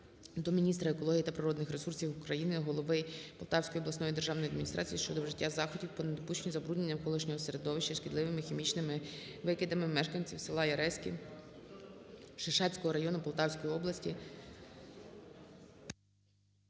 до міністра екології та природних ресурсів України, голови Полтавської обласної державної адміністрації щодо вжиття заходів по недопущенню забруднення навколишнього середовища шкідливими хімічними викидами мешканців села Яреськи Шишацького району Полтавської області